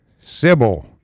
Sybil